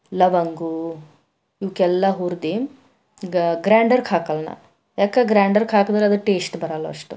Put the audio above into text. ಲವಂಗ ಇವಕ್ಕೆಲ್ಲ ಹುರಿದು ಗ್ರೈಂಡರ್ಗೆ ಹಾಕಲ್ಲ ನಾನು ಯಾಕೆ ಗ್ರೈಂಡರ್ಗೆ ಹಾಕಿದ್ರೆ ಅದರ ಟೇಸ್ಟ್ ಬರಲ್ಲ ಅಷ್ಟು